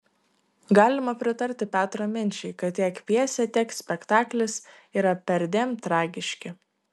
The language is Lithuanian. galima pritarti petro minčiai kad tiek pjesė tiek spektaklis yra perdėm tragiški